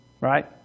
right